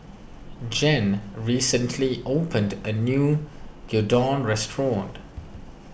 Gene recently opened a new Gyudon restaurant